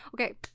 Okay